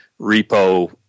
repo